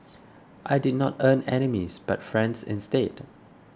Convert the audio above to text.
I did not earn enemies but friends instead